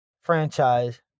franchise